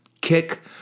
kick